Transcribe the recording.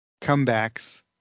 comebacks